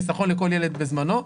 חיסכון לכל ילד בזמנו,